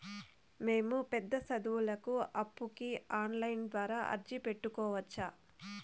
మేము పెద్ద సదువులకు అప్పుకి ఆన్లైన్ ద్వారా అర్జీ పెట్టుకోవచ్చా?